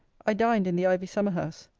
i dined in the ivy summer-house.